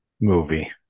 movie